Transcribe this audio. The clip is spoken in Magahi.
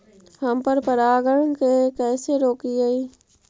हम पर परागण के कैसे रोकिअई?